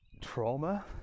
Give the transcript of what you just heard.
trauma